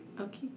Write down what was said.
okay